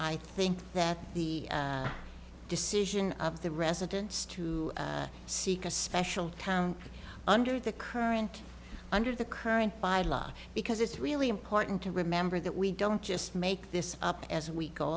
i think that the decision of the residents to seek a special town under the current under the current by law because it's really important to remember that we don't just make this up as we go